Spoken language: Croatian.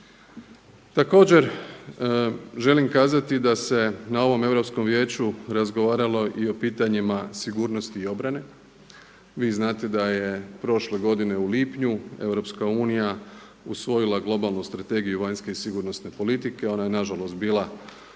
Također želim kazati da se na ovom Europskom vijeću razgovaralo i o pitanjima sigurnosti i obrane. Vi znate da je prošle godine u lipnju Europska unija usvojila globalnu strategiju vanjske i sigurnosne politike, ona je nažalost bila